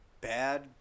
bad